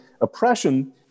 oppression